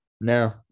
No